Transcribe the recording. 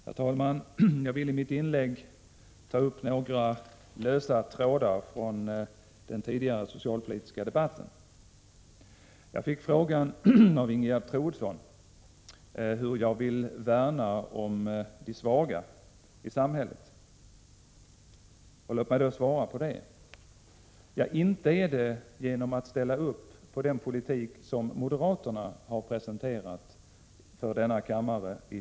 Herr talman! Jag vill i mitt inlägg ta upp några lösa trådar från den tidigare socialpolitiska debatten. Låt mig först svara på Ingegerd Troedssons fråga till mig om hur jag vill värna om de svaga i samhället. Ja, inte är det genom att ställa upp på den politik som moderaterna i sina motioner har presenterat för denna kammare.